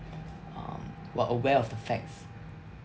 um were aware of the facts